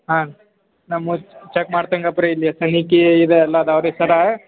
ಹಾಂ ನಮ್ಮ ಚೆಕ್ ಮಾಡ್ತೇನೆ ಇಲ್ಲಿ ಸಲಿಕಿ ಇದ್ದಾವ್ರಿ ಸರ್ರ